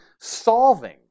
solving